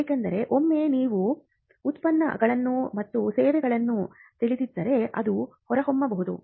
ಏಕೆಂದರೆ ಒಮ್ಮೆ ನೀವು ಉತ್ಪನ್ನಗಳು ಮತ್ತು ಸೇವೆಗಳನ್ನು ತಿಳಿದಿದ್ದರೆ ಅದು ಹೊರಹೊಮ್ಮಬಹುದು